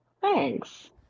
Thanks